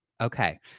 Okay